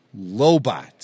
Lobot